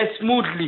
smoothly